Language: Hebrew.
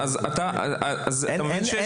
אתה מבין שיש פה כמעט ---?